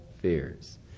fears